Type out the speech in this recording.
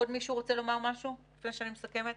עוד מישהו רוצה לומר משהו לפני שאני מסכמת?